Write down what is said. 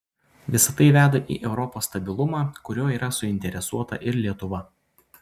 visa tai veda į europos stabilumą kuriuo yra suinteresuota ir lietuva